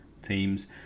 Teams